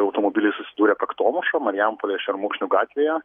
automobiliai susidūrė kaktomuša marijampolėje šermukšnių gatvėje